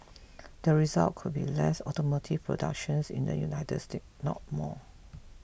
the result could be less automotive productions in the United States not more